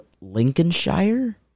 Lincolnshire